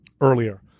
earlier